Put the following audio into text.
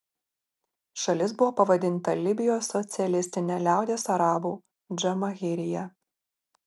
šalis buvo pavadinta libijos socialistine liaudies arabų džamahirija